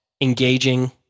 engaging